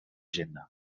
agenda